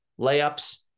layups